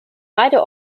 beide